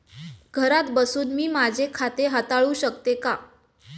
घरात बसून मी माझे खाते हाताळू शकते का?